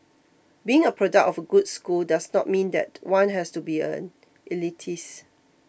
being a product of a good school does not mean that one has to be an elitist